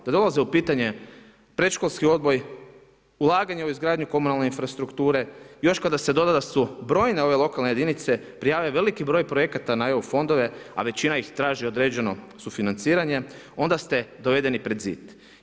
Kada dolazi u pitanje predškolski odgoj, ulaganje u izgradnju komunalne infrastrukture, još kada se doda da su brojne ove lokalne jedinice, prijave veliki broj projekata na EU fondove, a većina ih traži određeno sufinanciranje, onda ste dovedeni pred zid.